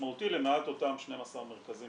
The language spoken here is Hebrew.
משמעותי למעט אותם 12 מרכזים